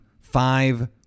five